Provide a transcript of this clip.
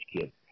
kids